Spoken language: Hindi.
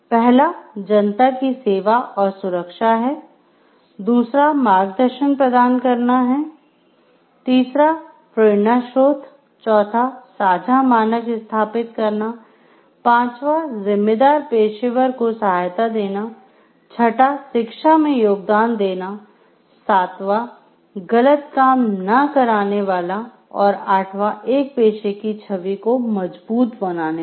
पहला जनता की सेवा और सुरक्षा है दूसरा मार्गदर्शन प्रदान करना है तीसरा प्रेरणास्त्रोत चौथा साझा मानक स्थापित करना पाँचवाँ जिम्मेदार पेशेवर को सहायता देना छठा शिक्षा में योगदान देना सांतवा गलत काम न कराने वाला और आठवां एक पेशे की छवि को मजबूत करने वाला